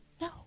No